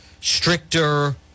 stricter